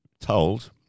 told